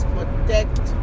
Protect